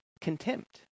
contempt